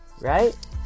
right